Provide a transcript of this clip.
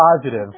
positive